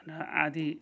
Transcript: र आँधी